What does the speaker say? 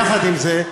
יחד עם זה,